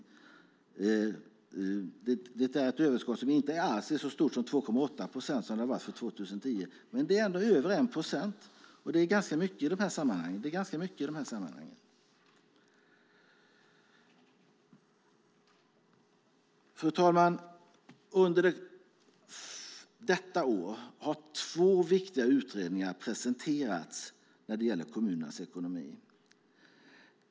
Överskottet är inte alls så stort som 2,8 procent, som det var för 2010, men det är ändå över 1 procent, och det är ganska mycket i de här sammanhangen. Fru talman! Under detta år har två viktiga utredningar om kommunernas ekonomi presenterats.